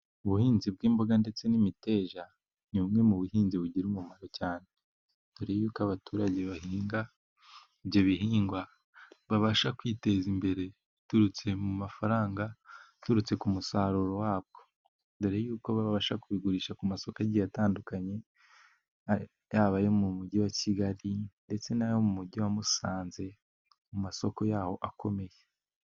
Ubuhinzi bw'imboga ndetse n'imiteja, ni bumwe mu buhinzi bugira umumaro cyane, dore yuko abaturage bahinga ibyo bihingwa babasha kwiteza imbere, biturutse mu mafaranga aturutse ku musaruro wabwo. Mbere yuko babasha kubigurisha ku masoko agiye atandukanye, yaba ayo mu mugi wa Kigali ndetse n'ayo mu mugi wa Musanze mu masoko yawo akomeye.